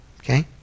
Okay